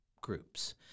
groups